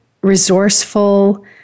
resourceful